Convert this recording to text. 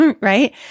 right